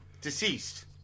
deceased